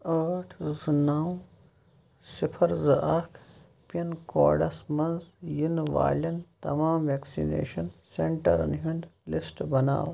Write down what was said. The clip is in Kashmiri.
ٲٹھ زٕ نَو صِفر زٕ اکھ پِن کوڈس مَنٛز یِنہٕ والٮ۪ن تمام ویکسِنیشن سینٹرن ہُنٛد لسٹ بناو